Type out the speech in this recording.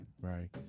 Right